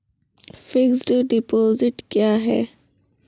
Fixed deposit क्या हैं?